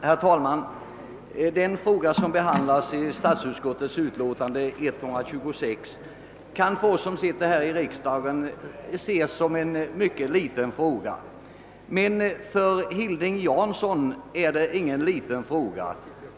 Herr talman! Det ärende som behandlas i statsutskottets utlåtande nr 126 kanske riksdagens ledamöter ser som en mycket liten fråga. Men för Hilding Jansson är det ingen liten fråga.